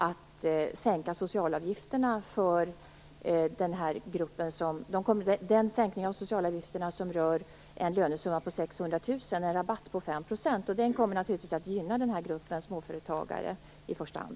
Det finns också förslag i riksdagen om en sänkning av socialavgifterna rörande en lönesumma på 600 000, en rabatt på 5 %, och den kommer naturligtvis att gynna den här gruppen av småföretagare i första hand.